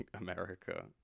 america